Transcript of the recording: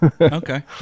Okay